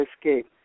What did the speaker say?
escape